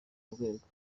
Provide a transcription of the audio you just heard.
urwego